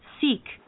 seek